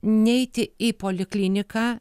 neiti į polikliniką